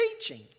teaching